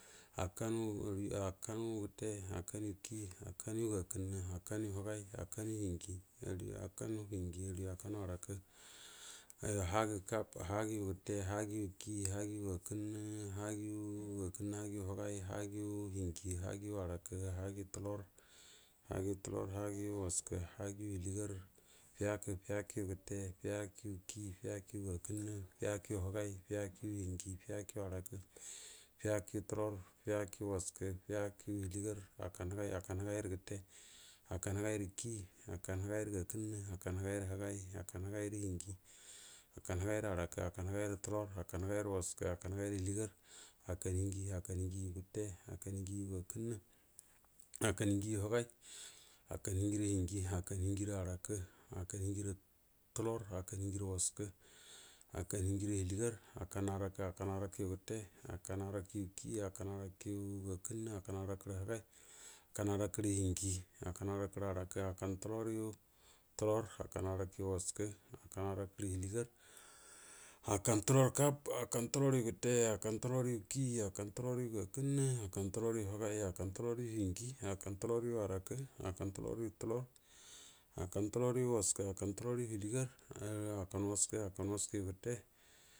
Aruəyu hakaanu gətə, hakamu kiyi, lakaru gəakənnə, hakan yu həgay, haka nu hienji, aruə hakan hinjie aruə yu hakanu həarakə, həagu kaf nəaga yu gəte, hvagəyu kiyi hrageyi gra kenne, həagəyu həgay, hragəyu jienjia, hiegeyu həgan, həagəyu hienjia, hrageyu həarakə, hragəy hieliegar, fiəkəy gəa kənnə, fizakəyu kiyi, fizakəyu gəa kənnə, fiəakəyu həgay, fizakə hənnjie, fiəakəyu həaraku, fiəakere hraliegar, hakan həgay, hakan həgay rə gəte, hakan həgay re kuji hakan həgay re hagerp hoemjoe, hakan həgayrə hrako, hakan həagayrə tulor hakan hogay waskə, haka hegay re hieliegar, hakan həanji, hakan hienjierə gəte, haka hinyiro kiyi, hakan hierjie gəkənna, haka hiemie həgai, hakan hienjjoe ro hieyie, hakan hienjie həarakə, hakan hienji ertular hakan hinji rr wəko, hakan hienjiro həliegas, hakan hbarakə, hakannarako, hakan bza rakə yu gəte, hakan hoarəkə kiyi, hakan həarakəyu grakonnə, hakan hbara kə, hakan marako, hakan həa rakə yu gəakonnai hakan həara kəre, hakam tullor yu tulor, hakan hjara keyu wəagks hakan hrarakay u hieliegari hakan tulor kaf hakan tullor yu gətə, hakan tulor kiyi, haka tulor grakannə, hakan tulor yu həgay, hakan tulor hienjie, hakan tulor yah rara kə, hakan tilor yu tulors, hakan tulors wraskə, hakan tulors had huegar, hakan weaskə hakan wəaskə rə gəte.